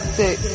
six